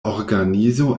organizo